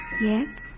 Yes